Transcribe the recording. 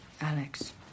Alex